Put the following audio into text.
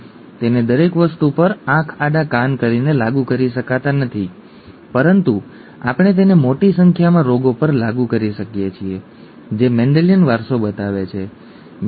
આપણે તેને દરેક વસ્તુ પર આંખ આડા કાન કરીને લાગુ કરી શકતા નથી પરંતુ આપણે તેને મોટી સંખ્યામાં રોગો પર લાગુ કરી શકીએ છીએ જે મેન્ડેલિયન વારસો બતાવે છે ઠીક છે